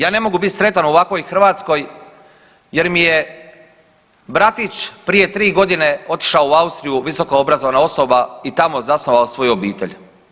Ja ne mogu bit sretan u ovakvoj Hrvatskoj jer mi je bratić prije 3.g. otišao u Austriju, visoko obrazovana osoba i tamo zasnovao svoju obitelj.